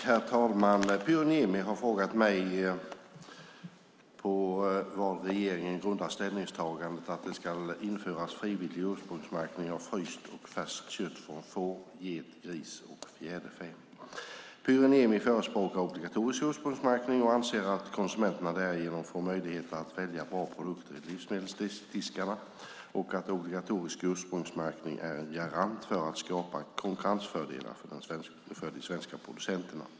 Herr talman! Pyry Niemi har frågat mig på vad regeringen grundar ställningstagandet att det ska införas frivillig ursprungsmärkning av fryst och färskt kött från får, get, gris och fjäderfä. Pyry Niemi förespråkar obligatorisk ursprungsmärkning och anser att konsumenterna därigenom får möjligheter att välja bra produkter i livsmedelsdiskarna och att obligatorisk ursprungsmärkning är en garant för att skapa konkurrensfördelar för de svenska producenterna.